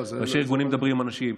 ראשי ארגונים מדברים עם אנשים.